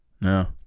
No